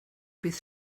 bydd